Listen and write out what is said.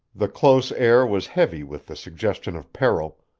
the close air was heavy with the suggestion of peril,